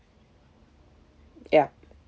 ya